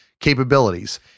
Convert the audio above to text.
capabilities